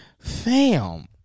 Fam